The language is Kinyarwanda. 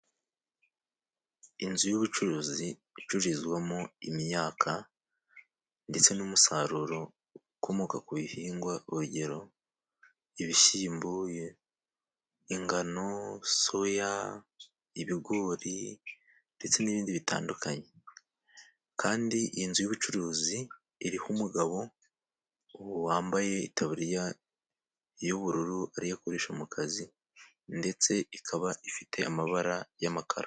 Inzu y'ubucuruzi icurizwamo imyaka ndetse n'umusaruro ukomoka ku bihingwa. Urugero ibishyimbo, ingano, soya, ibigori ndetse n'ibindi bitandukanye. Kandi iyi nzu y'ubucuruzi iriho umugabo ubu wambaye itaburiya y'ubururu ariyo akoresha mu kazi, ndetse ikaba ifite amabara y'amakara.